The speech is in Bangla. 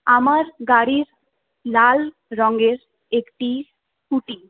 আমার গাড়ি লাল রঙের একটি স্কুটি